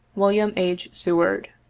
william h. seward.